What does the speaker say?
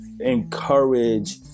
encourage